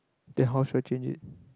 then how should I change it